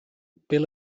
bill